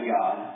God